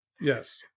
Yes